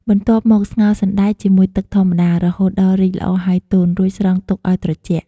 បន្ទាប់មក ស្ងោរសណ្ដែកជាមួយទឹកធម្មតា រហូតដល់រីកល្អហើយទន់ រួចស្រង់ទុកឲ្យត្រជាក់។